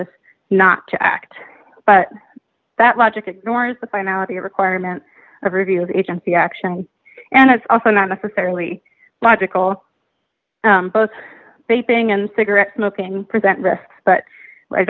ous not to act but that logic ignores the finality requirement of review agency action and it's also not necessarily logical both faithing and cigarette smoking present but i